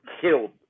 killed